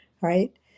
right